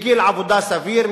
בגיל עבודה סביר,